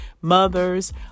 mothers